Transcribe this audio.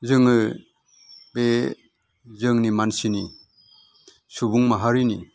जोङो बे जोंनि मानसिनि सुबुं माहारिनि